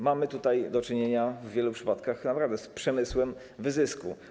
Mamy tutaj do czynienia w wielu przypadkach naprawdę z przemysłem wyzysku.